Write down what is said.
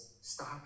stop